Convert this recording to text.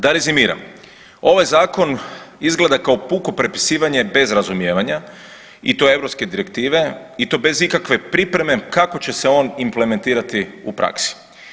Da rezimiram, ovaj zakon izgleda kao puko prepisivanje bez razumijevanja i to europske direktive i to bez ikakve pripreme kako će se on implementirati u praksi.